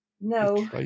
No